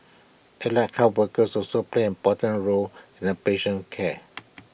allied health workers also play an important role in A patient care